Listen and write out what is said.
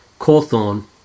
Cawthorn